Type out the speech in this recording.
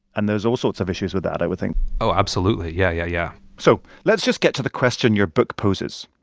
and there's all sorts of issues with that, i would think oh, absolutely. yeah. yeah. yeah so let's just get to the question your book poses.